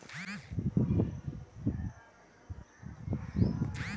బంగారం అనే ప్రమానం శానా పేరు పొందినపుడు మార్సగలిగిన కరెన్సీ అట్టాంటి ప్రమాణం ఏర్పాటు చేసినాది